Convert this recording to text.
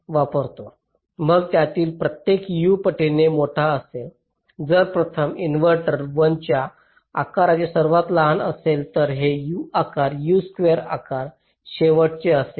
तर त्यातील प्रत्येक U पटीने मोठा असेल जर प्रथम इनव्हर्टर 1 च्या आकाराने सर्वात लहान असेल तर हे U आकार आकार शेवटचे असेल